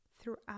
throughout